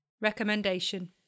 Recommendation